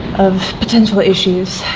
of potential issues.